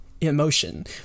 emotion